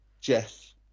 Jeff